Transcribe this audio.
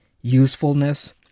usefulness